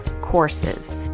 courses